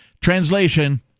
translation